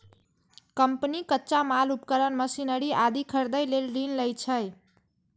company कच्चा माल, उपकरण, मशीनरी आदि खरीदै लेल ऋण लै छै